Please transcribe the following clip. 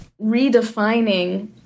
redefining